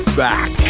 back